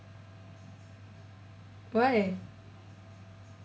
why